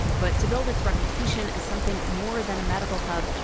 but to build its reputation as something more than a medical hub,